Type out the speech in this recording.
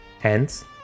hence